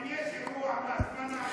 אבל אם יש אירוע מס, מה נעשה?